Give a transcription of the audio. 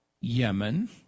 Yemen